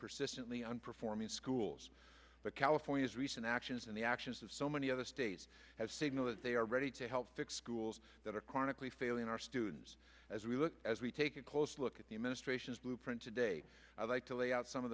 persistently and performing schools that california's recent actions and the actions of so many other states have signaled that they are ready to help fix schools that are chronically failing our students as we look as we take a close look at the administration's blueprint today i'd like to lay out some of